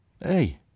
Hey